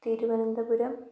Thiruvananthapuram